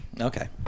okay